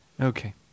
Okay